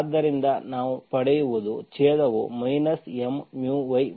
ಆದ್ದರಿಂದ ನಾವು ಪಡೆಯುವುದು ಛೇದವು M y ಮಾತ್ರ